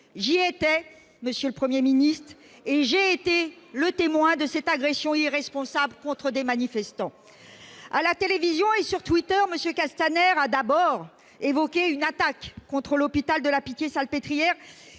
J'y étais, monsieur le Premier ministre, et j'ai été le témoin de cette agression irresponsable contre des manifestants. À la télévision et sur Twitter, M. Castaner a d'abord évoqué une « attaque » contre l'hôpital de la Pitié-Salpêtrière